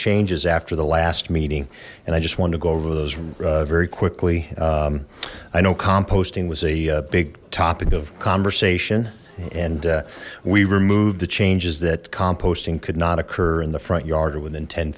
changes after the last meeting and i just wanted to go over those very quickly i know composting was a big topic of conversation and we removed the changes that composting could not occur in the front yard or within ten